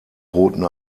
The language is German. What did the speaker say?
roten